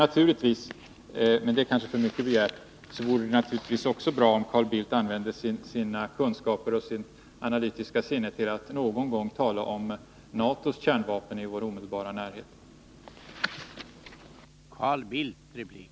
Naturligtvis vore det också bra, om Carl Bildt använde sina kunskaper och sitt analytiska sinne till att någon gång tala om NATO:s kärnvapen i vår omedelbara närhet, men det kanske är för mycket begärt.